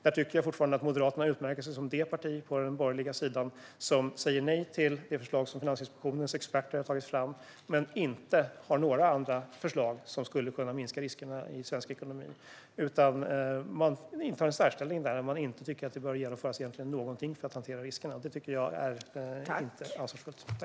Där tycker jag fortfarande att Moderaterna utmärker sig på den borgerliga sidan. Ni säger nej till det förslag som Finansinspektionens experter har tagit fram men har inte några andra förslag som skulle kunna minska riskerna i svensk ekonomi. Ni intar en särställning. Ni tycker inte att det egentligen bör genomföras någonting för att hantera riskerna. Det tycker jag inte är ansvarsfullt.